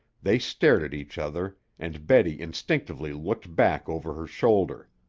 they stared at each other, and betty instinctively looked back over her shoulder.